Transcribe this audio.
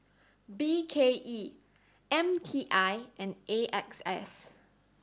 B K E M T I and A X S